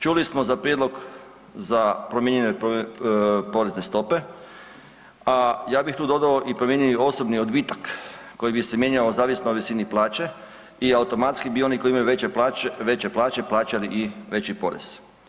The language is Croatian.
Čuli smo za prijedlog, za promijenjene porezne stope, a ja bih tu dodao i promijenjeni osobni odbitak koji bi se mijenjao zavisno o visini plaće i automatski bi oni koji imaju veće plaće, plaćali i veći porez.